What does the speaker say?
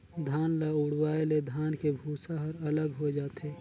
धान ल उड़वाए ले धान के भूसा ह अलग होए जाथे